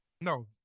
No